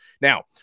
Now